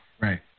Right